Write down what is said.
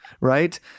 right